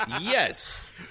Yes